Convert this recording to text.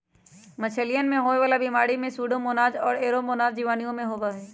मछलियन में होवे वाला बीमारी में सूडोमोनाज और एयरोमोनास जीवाणुओं से होबा हई